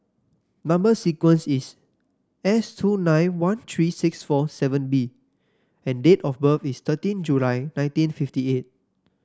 number sequence is S two nine one three six four seven B and date of birth is thirteen July nineteen fifty eight